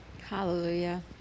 Hallelujah